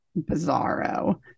bizarro